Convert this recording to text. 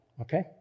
okay